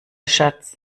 schatz